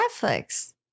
Netflix